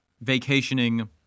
vacationing